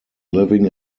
living